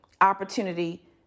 opportunity